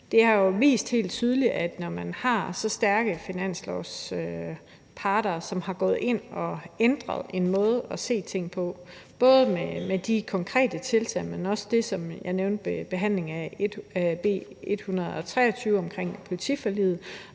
Det har jo helt tydeligt vist, at når man har så stærke finanslovsparter, som er gået ind og har ændret måden at se ting på, både med de konkrete tiltag, men også med det, som jeg nævnte ved behandlingen af B 123, omkring politiforliget,